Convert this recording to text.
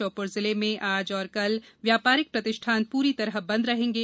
श्योपुर जिले में आज और कल व्यापारिक प्रतिष्ठान पूरी तरह बंद रहेंगे